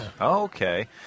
Okay